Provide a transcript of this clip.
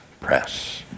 press